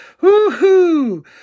Woo-hoo